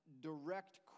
direct